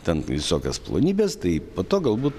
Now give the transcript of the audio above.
ten visokias plonybes tai po to galbū